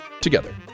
together